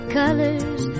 colors